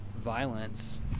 violence